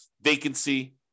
vacancy